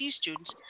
students